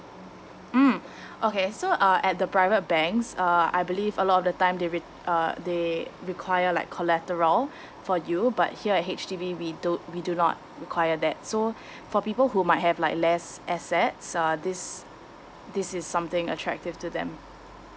mm okay so uh at the private banks uh I believe a lot of the time they re~ uh they require like collateral for you but here at H_D_B we don't we do not require that so for people who might have like less assets uh this this is something attractive to them